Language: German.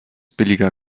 billiger